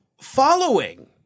following